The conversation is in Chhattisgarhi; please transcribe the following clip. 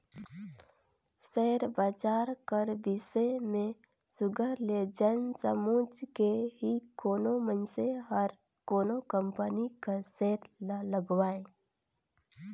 सेयर बजार कर बिसे में सुग्घर ले जाएन समुझ के ही कोनो मइनसे हर कोनो कंपनी कर सेयर ल लगवाए